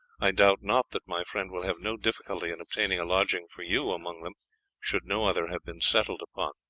i doubt not that my friend will have no difficulty in obtaining a lodging for you among them should no other have been settled upon.